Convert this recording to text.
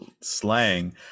slang